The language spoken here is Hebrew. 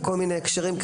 בכל מיני הקשרים,